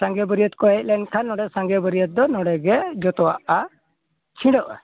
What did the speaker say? ᱥᱟᱸᱜᱮ ᱵᱟᱹᱨᱭᱟᱹᱛ ᱠᱚ ᱦᱮᱡ ᱞᱮᱱᱠᱷᱟᱱ ᱚᱸᱰᱮ ᱥᱟᱸᱜᱮ ᱵᱟᱹᱨᱭᱟᱹᱛ ᱫᱚ ᱱᱚᱰᱮ ᱜᱮ ᱡᱚᱛᱚᱣᱟᱜ ᱪᱷᱤᱰᱟᱹᱜᱼᱟ